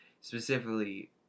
specifically